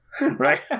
Right